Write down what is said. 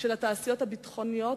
של התעשיות הביטחוניות.